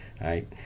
right